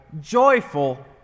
joyful